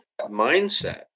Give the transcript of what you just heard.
mindset